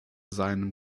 seinem